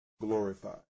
glorified